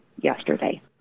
yesterday